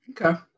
Okay